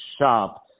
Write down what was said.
shop